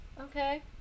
Okay